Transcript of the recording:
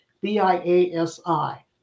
B-I-A-S-I